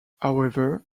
however